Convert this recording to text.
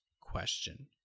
question